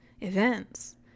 events